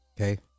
Okay